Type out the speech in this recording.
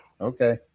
okay